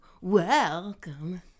Welcome